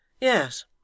Yes